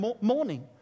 morning